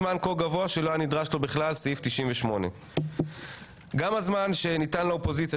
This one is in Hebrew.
זמן כה גבוה שלא היה נדרש לו בכלל סעיף 98. גם הזמן שניתן לאופוזיציה,